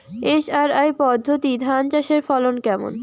SRI পদ্ধতি ধান চাষের ফলন কেমন?